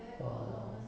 orh